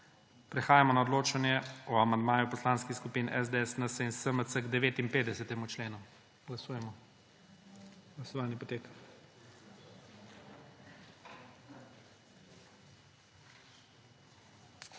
Prehajamo na odločanje o amandmaju Poslanskih skupin SDS, NSi in SMC k 59. členu. Glasujemo. Navzočih 86 poslank